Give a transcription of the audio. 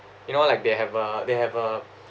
you know like they have a they have a